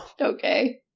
Okay